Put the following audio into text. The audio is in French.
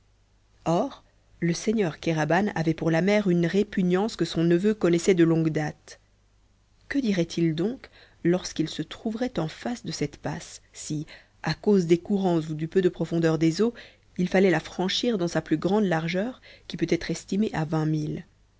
or le seigneur kéraban avait pour la mer une répugnance que son neveu connaissait de longue date que dirait-il donc lorsqu'il se trouverait en face de cette passe si à cause des courants ou du peu de profondeur des eaux il fallait la franchir dans sa plus grande largeur qui peut être estimée à